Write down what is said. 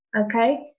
Okay